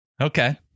Okay